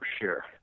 sure